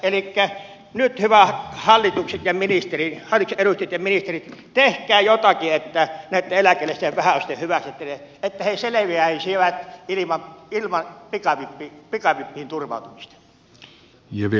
nyt hyvät hallituksen edustajat ja ministerit tehkää jotakin näitten eläkeläisten ja vähäosaisten hyväksi että he selviäisivät ilman pikavippiin turvautumista